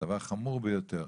דבר חמור ביותר,